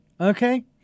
Okay